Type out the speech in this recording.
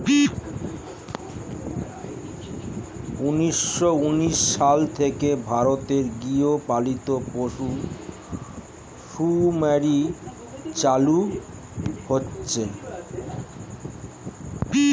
উন্নিশো উনিশ সাল থেকে ভারতে গৃহপালিত পশু শুমারি চালু হয়েছে